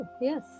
Yes